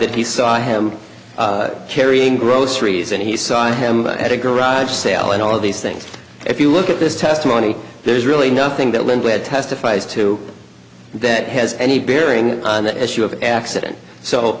that he saw him carrying groceries and he saw him at a garage sale and all of these things if you look at this testimony there's really nothing that linda had testifies to that has any bearing on the issue of accident so